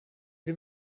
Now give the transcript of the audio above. wir